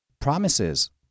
Promises